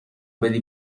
بدی